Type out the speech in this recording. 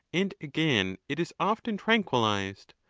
and again it is often tranquillized.